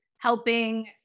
Helping